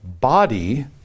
body